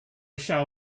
shall